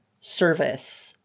service